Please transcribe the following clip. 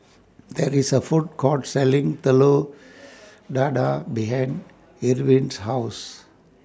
There IS A Food Court Selling Telur Dadah behind Irwin's House